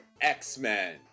X-Men